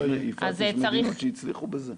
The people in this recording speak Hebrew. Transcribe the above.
יש מדינות שהצליחו בזה.